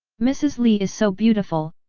mrs. li is so beautiful,